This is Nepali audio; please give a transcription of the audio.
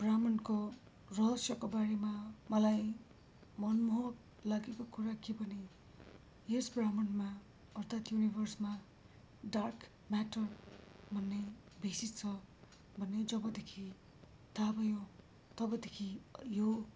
ब्रह्माण्डको रहस्यको बारेमा मलाई मनमोहक लागेको कुरा के भने यस ब्रह्माण्डमा अर्थात युनिभर्समा डार्क म्याटर भन्ने बेसि छ भन्ने जबदेखि थाहा भयो तबदेखि यो